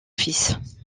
fils